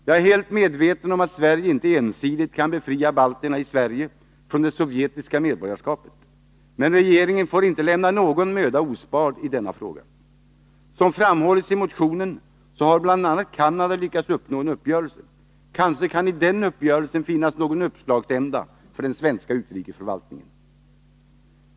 Jag är helt medveten om att Sverige inte kan ensidigt befria balterna i Sverige från det sovjetiska medborgarskapet, men regeringen får inte lämna någon möda ospard i denna fråga. Som framhålles i motionen har bl.a. Canada lyckats uppnå en uppgörelse. Kanske kan i den uppgörelsen finnas någon uppslagsända för den svenska utrikesförvaltningen.